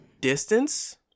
distance